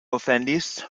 ofendis